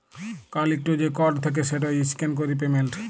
কাল ইকট যে কড থ্যাকে সেট ইসক্যান ক্যরে পেমেল্ট